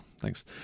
thanks